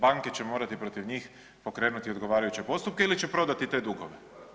Banke će morati protiv njih pokrenuti odgovarajuće postupke ili će prodati te dugove.